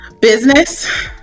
Business